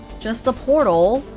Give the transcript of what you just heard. just the portal.